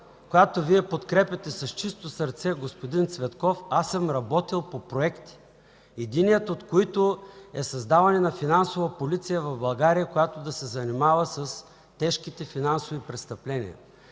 която Вие подкрепяте с чисто сърце – господин Цветков, аз съм работил по проект, единият от които е създаване на финансова полиция в България, която да се занимава с тежките финансови престъпления.